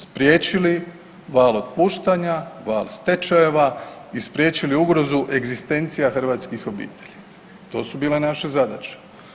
Spriječili val otpuštanja, val stečajeva i spriječili ugrozu egzistencija hrvatskih obitelji to su bile naše zadaće.